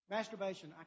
Masturbation